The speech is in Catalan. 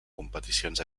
competicions